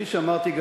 כפי שאמרתי,